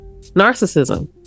narcissism